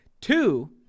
Two